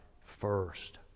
first